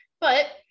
But-